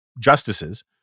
justices